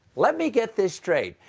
let me get this straight.